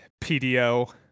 PDO